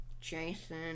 Jason